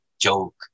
Joke